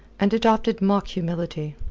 and adopted mock-humility.